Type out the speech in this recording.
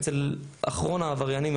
אצל אחרון העבריינים.